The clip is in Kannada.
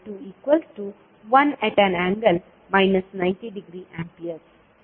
I12∠0°A ಮತ್ತು I21∠ 90°A